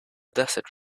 desert